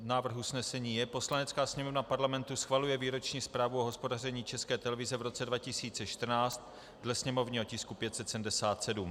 Návrh usnesení je: Poslanecká sněmovna Parlamentu schvaluje Výroční zprávu o hospodaření České televize v roce 2014 dle sněmovního tisku 577.